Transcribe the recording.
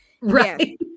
Right